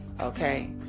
okay